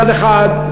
מצד אחד,